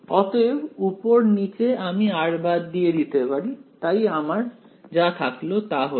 অতএব উপর নীচে আমি r বাদ দিয়ে দিতে পারি তাই আমার যা থাকলো তা হল